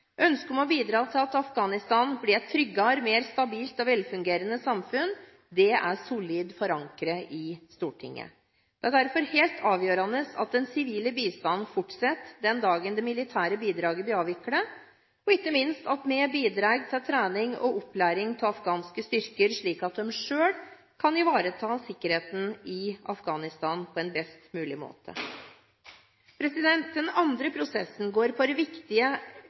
Ønsket om å bidra til at Afghanistan blir et tryggere, mer stabilt og velfungerende samfunn, er solid forankret i Stortinget. Det er derfor helt avgjørende at den sivile bistanden fortsetter den dagen det militære bidraget blir avviklet, og ikke minst at vi bidrar til trening og opplæring av afghanske styrker, slik at de selv kan ivareta sikkerheten i Afghanistan på en best mulig måte. Den andre prosessen går på det viktige